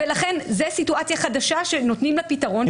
לכן זו סיטואציה חדשה שנותנים לה פתרון.